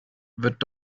wird